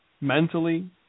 mentally